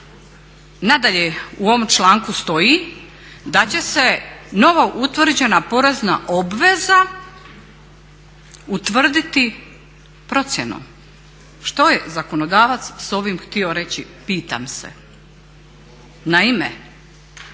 nadalje u ovom članku stoji da će se novo utvrđena porezna obveza utvrditi procjenom. Što je zakonodavac s ovim htio reći pitam se? Naime,